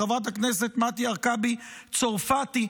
חברת הכנסת מטי הרכבי צרפתי?